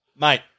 Mate